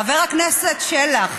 חבר הכנסת שלח.